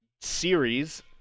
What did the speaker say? series